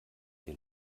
den